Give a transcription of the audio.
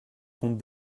compte